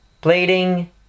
bleeding